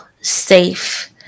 safe